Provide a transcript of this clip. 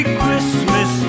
christmas